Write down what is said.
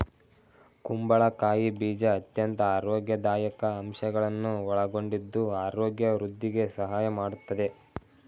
ಕುಂಬಳಕಾಯಿ ಬೀಜ ಅತ್ಯಂತ ಆರೋಗ್ಯದಾಯಕ ಅಂಶಗಳನ್ನು ಒಳಗೊಂಡಿದ್ದು ಆರೋಗ್ಯ ವೃದ್ಧಿಗೆ ಸಹಾಯ ಮಾಡತ್ತದೆ